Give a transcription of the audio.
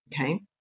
okay